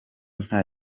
nta